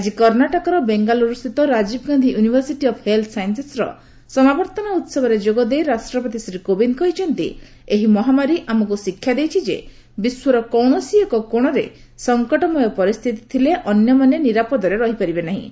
ଆଜି କର୍ଷାଟକର ବେଙ୍ଗାଲୁରୁସ୍ଥିତ ରାଜୀବଗାନ୍ଧୀ ୟୁନିଭରସିଟି ଅଫ୍ ହେଲ୍ଥ ସାଇନ୍ସେସ୍ର ସମାବର୍ତ୍ତନ ଉତ୍ସବରେ ଯୋଗଦେଇ ରାଷ୍ଟ୍ରପତି ଶ୍ରୀ କୋବିନ୍ଦ କହିଛନ୍ତି ଏହି ମହାମାରୀ ଆମକୁ ଶିକ୍ଷା ଦେଇଛି ଯେ ବିଶ୍ୱର କୌଣସି ଏକ କୋଣରେ ସଙ୍କଟମୟ ପରିସ୍ଥିତି ଥିଲେ ଅନ୍ୟମାନେ ନିରାପଦରେ ରହିପାରିବେ ନାହିଁ